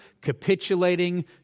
capitulating